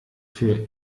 für